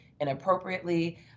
inappropriately